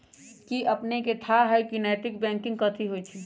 कि अपनेकेँ थाह हय नैतिक बैंकिंग कथि होइ छइ?